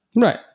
Right